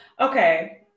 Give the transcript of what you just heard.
okay